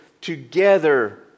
together